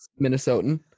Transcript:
Minnesotan